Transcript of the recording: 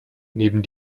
neben